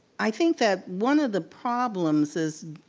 i think that one of the problems is.